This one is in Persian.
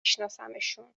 شناسمشون